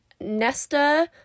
Nesta